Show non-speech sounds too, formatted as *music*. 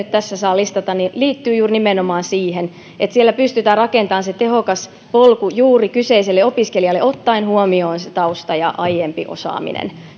*unintelligible* tässä saa listata liittyvät juuri nimenomaan siihen että siellä pystytään rakentamaan tehokas polku juuri kyseiselle opiskelijalle ottaen huomioon tausta ja myös aiempi osaaminen